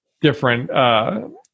different